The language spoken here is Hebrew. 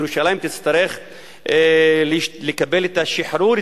ירושלים תצטרך לקבל את השחרור,